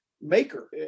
maker